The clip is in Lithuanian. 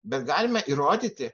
bet galime įrodyti